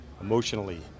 emotionally